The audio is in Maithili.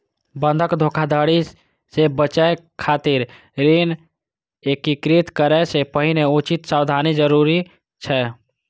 बंधक धोखाधड़ी सं बचय खातिर ऋण स्वीकृत करै सं पहिने उचित सावधानी जरूरी छै